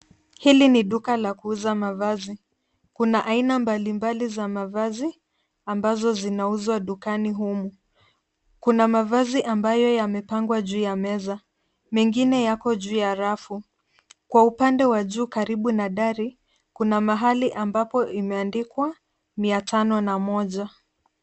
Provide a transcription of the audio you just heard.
Hili ni duka la kuuza mavazi. Kuna aina mbali mbali za mavazi ,ambazo zinauzwa dukani humu. Kuna mavazi ambayo yamepangwa juu ya meza. Mengine yako juu ya rafu. Kwa upande wa juu karibu na dari, kuna mahali ambapo imeandikwa mia tano na moja.